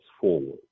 forward